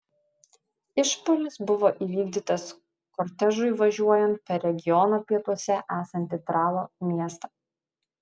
išpuolis buvo įvykdytas kortežui važiuojant per regiono pietuose esantį tralo miestą